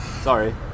sorry